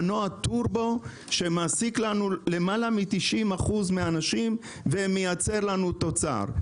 מנוע שמעסיק לנו למעלה מ-90% מהאנשים ומייצר לנו תוצר.